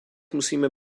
musíme